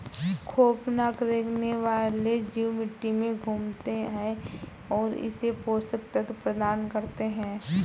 खौफनाक रेंगने वाले जीव मिट्टी में घूमते है और इसे पोषक तत्व प्रदान करते है